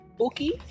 Okay